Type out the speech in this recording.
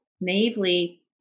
naively